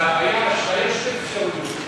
היו שתי אפשרויות.